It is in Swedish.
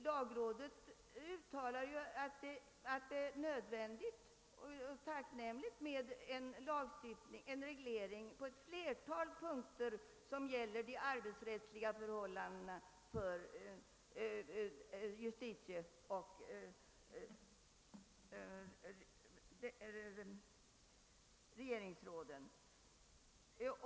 Lagrådet uttalar ju att det är nödvändigt och tacknämligt med en reglering på ett flertal punkter som gäller de arbetsrättsliga förhållandena för justitieoch regeringsråden.